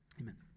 Amen